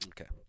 okay